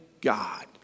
God